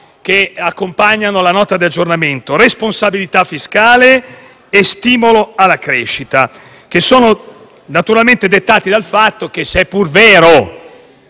che accompagnano la Nota di aggiornamento: responsabilità fiscale e stimolo alla crescita, che sono, naturalmente, dettati dal seguente fatto. Se è pur vero